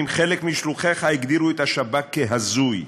המגנומטרים, חלק משלוחיך הגדירו את השב"כ כהזוי.